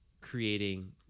creating